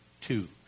two